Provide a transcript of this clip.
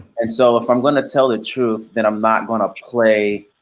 and so if i'm gonna tell the truth then i'm not gonna play,